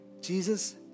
Jesus